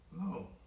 No